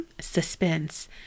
Suspense